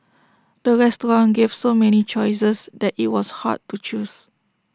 the restaurant gave so many choices that IT was hard to choose